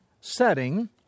setting